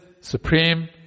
supreme